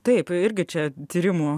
taip irgi čia tyrimų